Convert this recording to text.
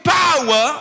power